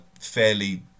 fairly